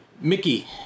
Mickey